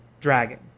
dragon